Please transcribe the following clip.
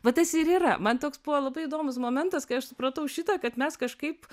va tas ir yra man toks buvo labai įdomus momentas kai aš supratau šitą kad mes kažkaip